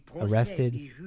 Arrested